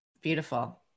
Beautiful